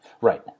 Right